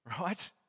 right